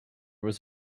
was